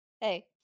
Hey